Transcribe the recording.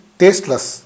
tasteless